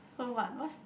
so what what's